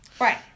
Right